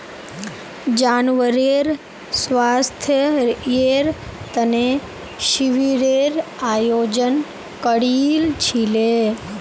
जानवरेर स्वास्थ्येर तने शिविरेर आयोजन करील छिले